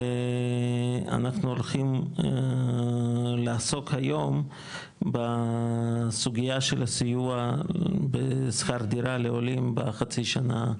אנחנו הולכים לעסוק היום בסוגיה של הסיוע בשכר דירה לעולים בחצי שנה,